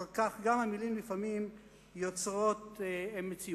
ואחר כך גם המלים לפעמים יוצרות מציאות.